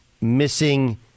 missing